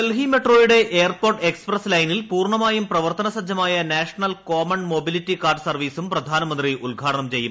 ഡൽഹി മെട്രോയുടെ airport express ലൈനിൽ പൂർണ്ണമായും പ്രവർത്തനസജ്ജമായ നാഷണൽ കോമൺ മൊബിലിറ്റി കാർഡ് സർവീസും പ്രധാനമന്ത്രി ഉദ്ഘാടനം ചെയ്യും